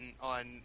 on